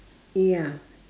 ya